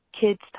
kids